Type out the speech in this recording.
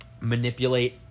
manipulate